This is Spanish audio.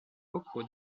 poco